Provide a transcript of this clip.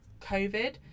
COVID